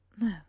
no